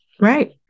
Right